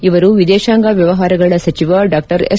ಇವರು ವಿದೇಶಾಂಗ ವ್ಯವಹಾರಗಳ ಸಚಿವ ಡಾ ಎಸ್